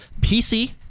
PC